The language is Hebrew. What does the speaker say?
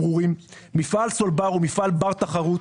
מפעל סולבר הוא מפעל בר תחרות.